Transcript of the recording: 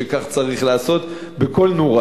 שכך צריך לעשות בכל נורה,